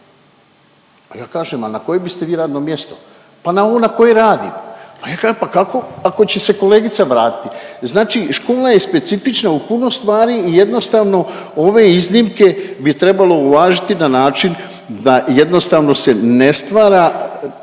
ja kažem a na koje biste vi radno mjesto, pa na ovo na kojem radim, a kažem pa kako ako će se kolegica vratiti. Znači škola je specifična u puno stvari i jednostavno ove iznimke bi trebalo uvažiti na način da jednostavno se ne stvara